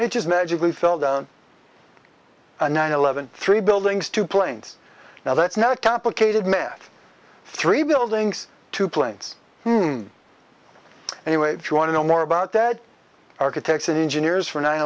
it just magically fell down and nine eleven three buildings two planes now that's not complicated math three buildings two planes anyway you want to know more about that architects and engineers for nine